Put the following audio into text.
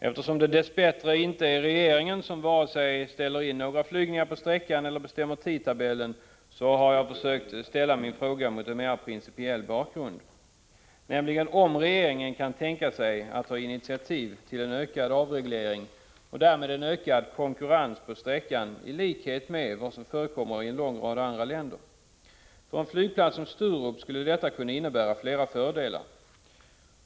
Eftersom det dess bättre inte är regeringen som ställer in flygturer på sträckan eller bestämmer tidtabellen har jag försökt ställa min fråga mot en mer principiell bakgrund, nämligen om regeringen kan tänka sig att ta initiativ till en ökad avreglering och därmed en ökad konkurrens inom inrikesflyget i likhet med vad som förekommer i en lång rad andra länder. För en flygplats som Sturup skulle detta kunna innebära flera fördelar.